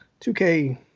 2K